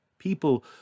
People